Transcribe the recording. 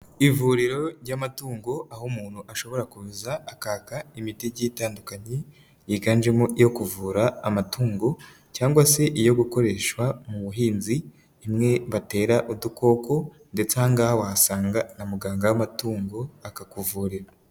Ivuriro ry'amatungo aho umuntu ashobora kuza akaka imiti igiye itandukanye. Yiganjemo iyo kuvura amatungo cyangwa se iyo gukoreshwa mu buhinzi. Imwe batera udukoko ndetse aha ngaha wasanga na muganga w'amatungo aka kuvurira.